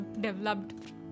developed